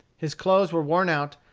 his clothes were worn out,